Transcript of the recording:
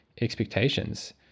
expectations